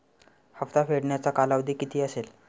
हप्ता फेडण्याचा कालावधी किती असेल?